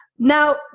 Now